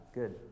good